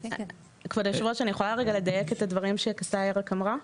אני יכולה לדייק את הדברים שקסאי אמרה?